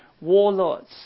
warlords